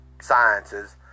sciences